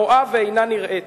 הרואה ואינה נראית,